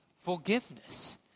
forgiveness